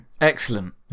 Excellent